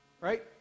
Right